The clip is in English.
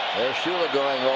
shula going